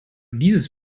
dieses